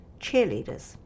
cheerleaders